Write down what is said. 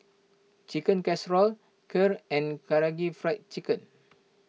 Chicken Casserole Kheer and Karaage Fried Chicken